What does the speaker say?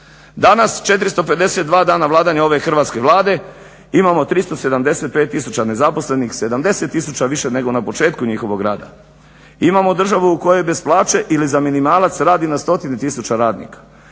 Danas 452 dana vladanja ove Hrvatske Vlade imamo 375 000 nezaposlenih, 70 000 više nego na početku njihovog rada, imamo državu u kojoj bez plaće ili za minimalac radi na stotine tisuća radnika,